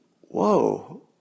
whoa